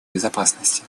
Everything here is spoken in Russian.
безопасности